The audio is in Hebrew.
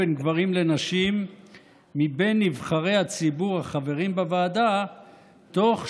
לשים סוף לחסימות האלה בווטסאפ.